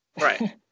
Right